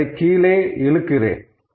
நான் அதைக் கீழே நகர்த்துகிறேன்